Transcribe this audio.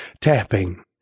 tapping